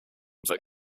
that